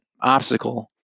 obstacle